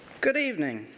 good evening.